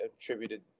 attributed